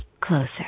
Closer